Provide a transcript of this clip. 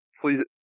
please